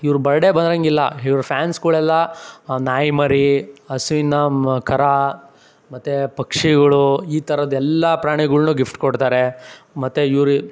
ಇವ್ರ ಬರ್ಡೇ ಬರೋಂಗಿಲ್ಲ ಇವ್ರ ಫ್ಯಾನ್ಸ್ಗಳಿಗೆಲ್ಲ ನಾಯಿಮರಿ ಹಸುವಿನ ಕರು ಮತ್ತೆ ಪಕ್ಷಿಗಳು ಈ ಥರದ ಎಲ್ಲ ಪ್ರಾಣಿಗಳನ್ನೂ ಗಿಫ್ಟ್ ಕೊಡ್ತಾರೆ ಮತ್ತೆ ಇವರು